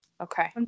Okay